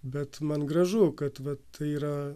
bet man gražu kad vat tai yra